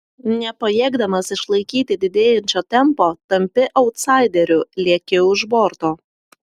nepajėgdamas išlaikyti didėjančio tempo tampi autsaideriu lieki už borto